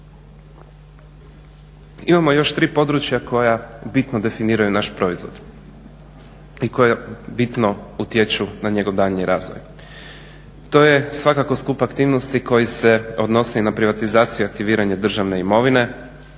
Imamo još tri područja koja bitno definiraju naš proizvod i koja bitno utječu na njegov daljnji razvoj, to je svakako skup aktivnosti koji se odnosi na privatizacije i aktiviranje državne imovine,